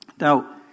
Now